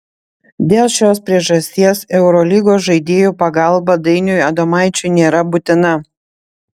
dėl šios priežasties eurolygos žaidėjų pagalba dainiui adomaičiui nėra būtina